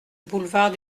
boulevard